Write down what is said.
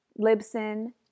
Libsyn